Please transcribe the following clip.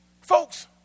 Folks